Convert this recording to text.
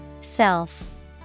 Self